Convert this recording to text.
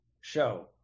show